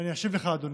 ואני אשיב לך, אדוני,